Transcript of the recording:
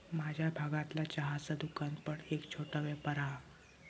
माझ्या भागतला चहाचा दुकान पण एक छोटो व्यापार हा